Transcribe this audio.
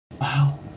Wow